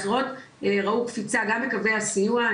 ראו קפיצה גם בקווי הסיוע,